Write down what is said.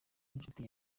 n’inshuti